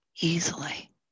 easily